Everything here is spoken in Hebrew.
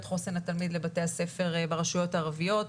חוסן לתלמיד לבתי ספר ברשויות הערביות,